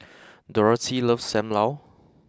Dorathy loves Sam Lau